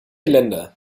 länder